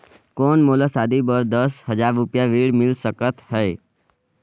कौन मोला शादी बर दस हजार रुपिया ऋण मिल सकत है?